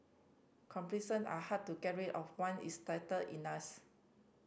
complacency are hard to get rid of one it's settled in us